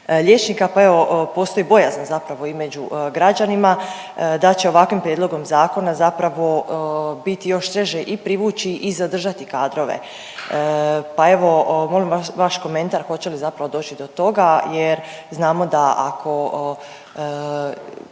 liječnika. Pa evo postoji bojazan zapravo i među građanima da će ovakvim prijedlogom zakona zapravo biti još teže i privući i zadržati kadrove. Pa evo molim vaš komentar hoće li zapravo doći do toga jer znamo da ako